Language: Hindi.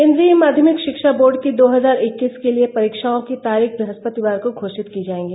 केन्द्रीय माध्यमिक शिक्षा बोर्ड की दो हजार इक्कीस के लिए परीक्षाओं की तारीख ब्रहस्पतिवार को घोषित की जाएगी